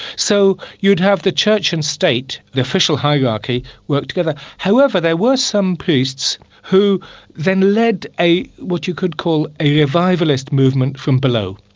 so you'd have the church and state, the official hierarchy, work together. however, there were some priests who then led what you could call a revivalist movement from below.